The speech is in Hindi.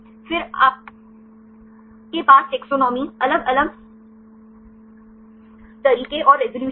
फिर आपके पास टेक्सोनोमी अलग अलग तरीके और रिज़ॉल्यूशन हैं